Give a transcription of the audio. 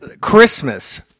Christmas